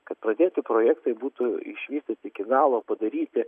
kad pradėti projektai būtų išvystyti iki galo padaryti